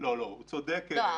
לעסוק בזה.